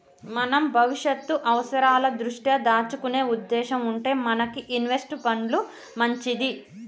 మనం భవిష్యత్తు అవసరాల దృష్ట్యా దాచుకునే ఉద్దేశం ఉంటే మనకి ఇన్వెస్ట్ పండ్లు మంచిది